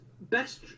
best